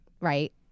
right